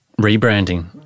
rebranding